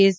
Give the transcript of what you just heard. S